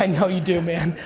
i know you do, man.